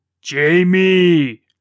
Jamie